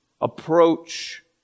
approach